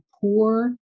poor